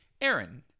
Aaron